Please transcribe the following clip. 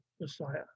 Messiah